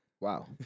Wow